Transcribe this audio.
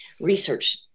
research